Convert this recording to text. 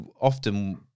often